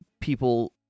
people